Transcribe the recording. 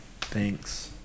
Thanks